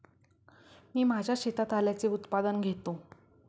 मी माझ्या शेतात आल्याचे उत्पादन घेतो